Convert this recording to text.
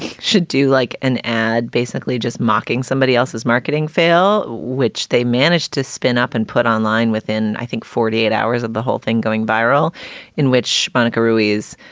should do like an ad basically just mocking somebody else's marketing fail, which they managed to spin up and put online within, i think, forty eight hours of the whole thing going viral in which bonica ruiz,